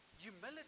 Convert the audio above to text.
Humility